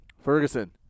Ferguson